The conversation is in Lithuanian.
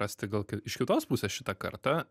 rasti gal kai iš kitos pusės šita karta